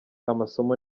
amasomo